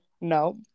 No